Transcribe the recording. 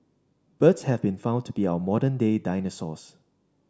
birds have been found to be our modern day dinosaurs